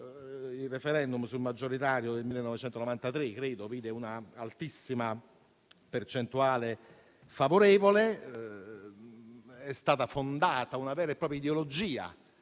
Il *referendum* sul maggioritario del 1993 vide una altissima percentuale di favorevoli. È stata fondata una vera e propria ideologia